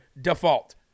default